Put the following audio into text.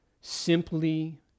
simply